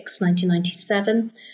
1997